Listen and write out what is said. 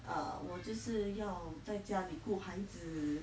err 我就是要在家里顾孩子